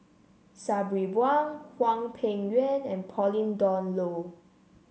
Sabri Buang Hwang Peng Yuan and Pauline Dawn Loh